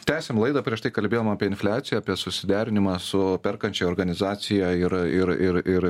tęsiam laidą prieš tai kalbėjom apie infliaciją apie susiderinimą su perkančia organizacija ir ir ir ir